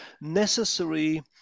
necessary